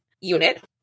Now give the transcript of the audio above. unit